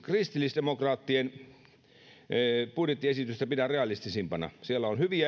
kristillisdemokraattien budjettiesitystä pidän realistisimpana siellä on hyviä